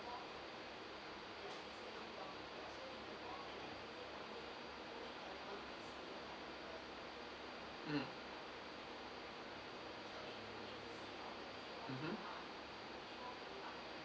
mm mmhmm